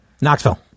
Knoxville